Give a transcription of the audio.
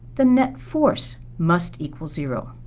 the net force must equal zero.